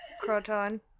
Croton